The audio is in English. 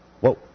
Whoa